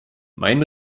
meinen